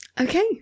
Okay